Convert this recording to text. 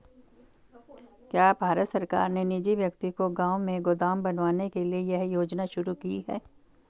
भारत सरकार ने निजी व्यक्ति को गांव में गोदाम बनवाने के लिए यह योजना शुरू की है